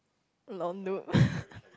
lol noob